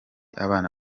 abana